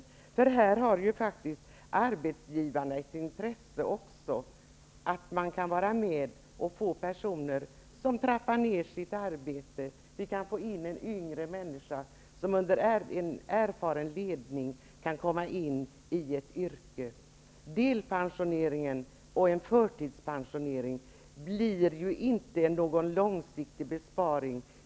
Arbetsgivarna har ju också ett intresse av att man har personer som trappar ned sitt arbete; man kan få en yngre människa som under erfaren ledning kan komma in i ett yrke. Förtidspensionering blir ju inte någon långsiktig besparing.